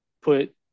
put